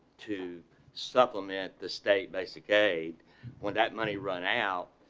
to supplement the state basic aid when that money run out.